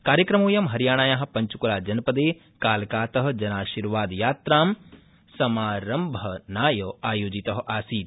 कार्यक्रमोऽयं हरियाणाया पंचकुला जनपदे कालकात जनाशीर्वादयात्रां समारम्भनाय आयोजित आसीत्